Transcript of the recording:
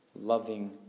loving